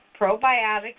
Probiotics